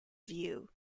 view